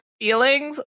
feelings